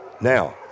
Now